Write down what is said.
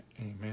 Amen